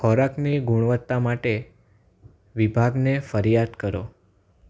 ખોરાકની ગુણવત્તા માટે વિભાગને ફરિયાદ કરો